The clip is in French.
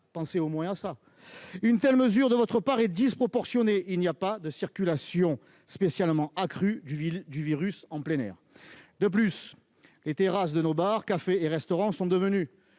pensez au moins à cela ! Une telle mesure de votre part est disproportionnée, car il n'y a pas de circulation spécialement accrue du virus en plein air. De plus, les terrasses de nos bars, cafés et restaurants sont devenues,